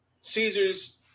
Caesar's